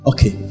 Okay